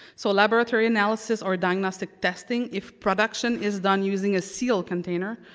so laboratory analysis or diagnostic testing, if production is done using a sealed container,